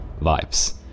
vibes